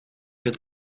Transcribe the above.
het